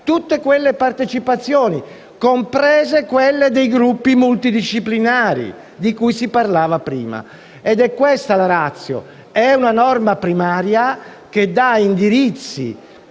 tutte quelle partecipazioni, comprese quelle dei gruppi multidisciplinari di cui si parlava prima. È questa la *ratio*. È una norma primaria, che dà indirizzi